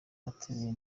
ateruye